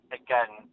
again